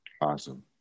Awesome